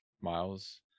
Miles